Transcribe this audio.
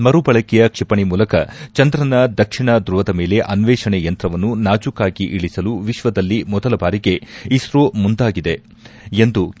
ಮರು ಬಳಕೆಯ ಕ್ಷಿಪಣಿ ಮೂಲಕ ಚಂದ್ರನ ದಕ್ಷಿಣ ದೃವದ ಮೇಲೆ ಅನ್ವೇಷಣೆ ಯಂತ್ರವನ್ನು ನಾಜೂಕಾಗಿ ಇಳಿಸಲು ವಿಕ್ವದಲ್ಲಿ ಮೊದಲ ಬಾರಿಗೆ ಇಸ್ತೊ ಮುಂದಾಗಿದೆ ಎಂದು ಕೆ